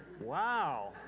Wow